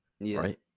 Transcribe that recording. right